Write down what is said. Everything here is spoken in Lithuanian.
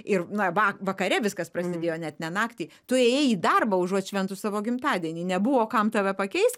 ir na va vakare viskas prasidėjo net ne naktį tu ėjai į darbą užuot šventus savo gimtadienį nebuvo kam tave pakeisti